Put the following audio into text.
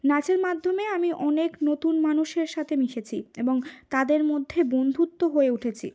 নাচের মাধ্যমে আমি অনেক নতুন মানুষের সাথে মিশেছি এবং তাদের মধ্যে বন্ধুত্ব হয়ে উঠেছি